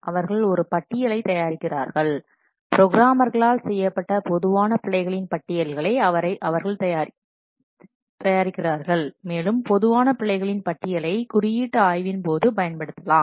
அவர்கள் ஒரு பட்டியலைத் தயாரிக்கிறார்கள் ப்ரோக்ராமர்களால் செய்யப்பட்ட பொதுவான பிழைகளின் பட்டியலை அவர்கள் தயாரிக்கிறார்கள் மேலும் பொதுவான பிழைகளின் பட்டியலை குறியீட்டுஆய்வின் போது பயன்படுத்தலாம்